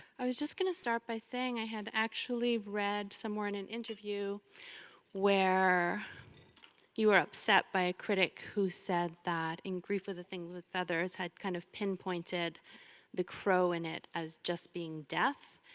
i was just gonna start by saying i had actually read somewhere in an interview where you were upset by a critic who said that in grief was a thing with feathers had kind of pinpointed the crow in it as just being death.